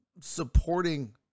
supporting